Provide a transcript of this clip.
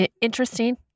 interesting